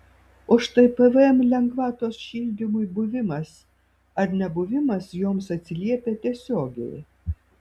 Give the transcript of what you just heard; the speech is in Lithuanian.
o štai pvm lengvatos šildymui buvimas ar nebuvimas joms atsiliepia tiesiogiai